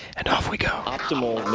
and off we go. ah